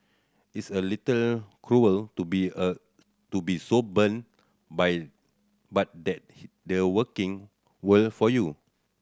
it's a little cruel to be a to be so but that the working world for you